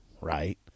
right